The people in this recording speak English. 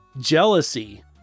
jealousy